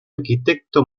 arquitecto